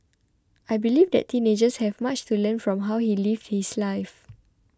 I believe that teenagers have much to learn from how he lived his life